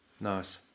Nice